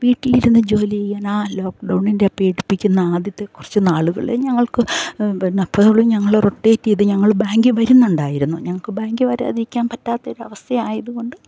വീട്ടിലിരുന്ന് ജോലി ചെയ്യാൻ ആ ലോക്ക്ഡൗണിൻ്റെ പേടിപ്പിക്കുന്ന ആദ്യത്തെ കുറച്ച് നാളുകളിൽ ഞങ്ങൾക്ക് പിന്നെ എപ്പോളും ഞങ്ങൾ റൊട്ടേറ്റ് ചെയ്ത് ഞങ്ങൾ ബാങ്കേൽ വരുന്നുണ്ടായിരുന്നു ഞങ്ങൾക്ക് ബാങ്കിൽ വരാതിരിക്കാൻ പറ്റാത്ത ഒരു അവസ്ഥയായതുകൊണ്ട്